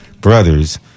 brothers